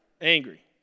Angry